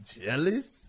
Jealous